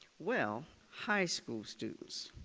well, high school students